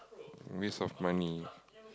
waste of money